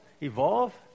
Evolve